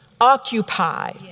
occupy